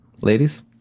ladies